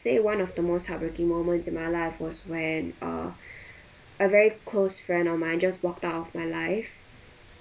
say one of the most heartbreaking moments in my life was when ah a very close friend of mine just walked out of my life